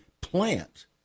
plant